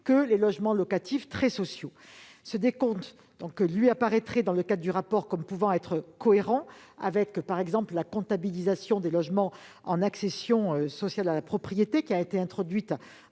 que les logements locatifs très sociaux. Ce décompte apparaîtrait, toujours selon le rapport, comme pouvant être cohérent avec, par exemple, la comptabilisation des logements en accession sociale à la propriété, introduite